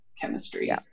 chemistry